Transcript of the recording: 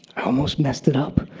i almost messed it up.